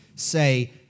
say